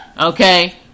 Okay